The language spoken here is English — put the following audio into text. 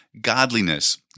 godliness